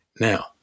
Now